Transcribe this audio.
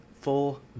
full